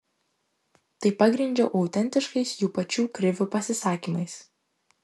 tai pagrindžiau autentiškais jų pačių krivių pasisakymais